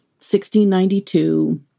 1692